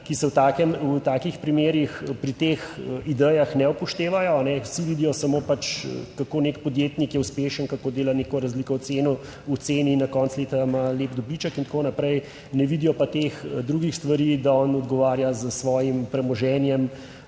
takem, v takih primerih, pri teh idejah ne upoštevajo. Vsi vidijo samo pač kako nek podjetnik je uspešen, kako dela neko razliko v ceni, v ceni in na koncu leta ima lep dobiček in tako naprej. Ne vidijo pa teh drugih stvari, da on odgovarja s svojim premoženjem,